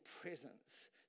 presence